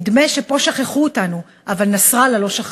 נדמה שפה שכחו אותנו, אבל נסראללה לא שכח.